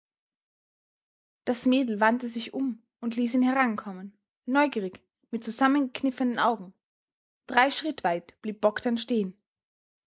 das mädel wandte sich um und ließ ihn herankommen neugierig mit zusammengekniffenen augen drei schritt weit blieb bogdn stehen